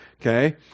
Okay